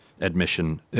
admission